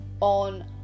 on